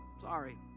Sorry